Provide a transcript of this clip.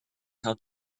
how